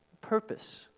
Purpose